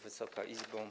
Wysoka Izbo!